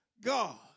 God